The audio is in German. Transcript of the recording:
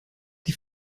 die